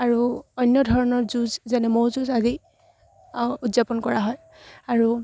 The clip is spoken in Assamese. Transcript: আৰু অন্য ধৰণৰ যুঁজ যেনে ম'হ যুঁজ আদি উদযাপন কৰা হয় আৰু